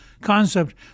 concept